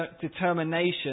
determination